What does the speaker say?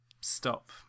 stop